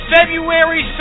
February